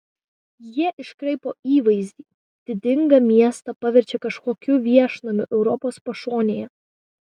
jie iškraipo įvaizdį didingą miestą paverčia kažkokiu viešnamiu europos pašonėje